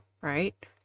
right